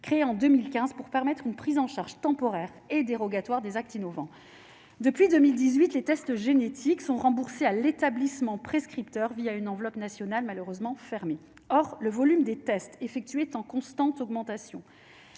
créée en 2015 pour permettre une prise en charge temporaire et dérogatoire des actes innovants depuis 2018 les tests génétiques sont remboursés à l'établissement prescripteurs via une enveloppe nationale malheureusement fermé, or le volume des tests effectués en constante augmentation,